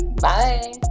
Bye